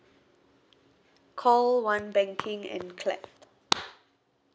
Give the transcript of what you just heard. call one banking and clap